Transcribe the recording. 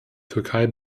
türkei